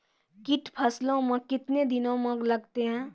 कीट फसलों मे कितने दिनों मे लगते हैं?